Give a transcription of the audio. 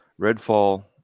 Redfall